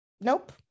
Nope